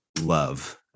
love